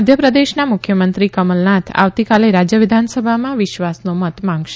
મધ્યપ્રદેશના મુખ્યમંત્રી કમલનાથ આવતીકાલે રાજ્ય વિધાનસભામાં વિશ્વાસનો મત માંગશે